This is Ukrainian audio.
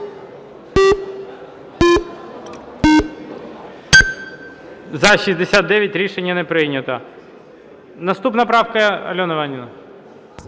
За-69 Рішення не прийнято. Наступна правка, Альона Іванівна?